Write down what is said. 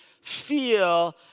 feel